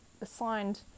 assigned